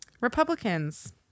Republicans